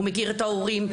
הוא מכיר את ההורים,